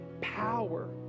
power